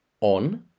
on